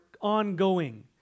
ongoing